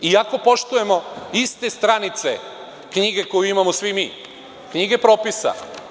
Sada ne, iako poštujemo iste stranice knjige koju imamo svi mi, knjige propisa.